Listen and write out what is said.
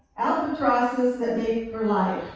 albatrosses that mate for life,